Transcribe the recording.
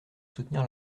soutenir